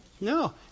No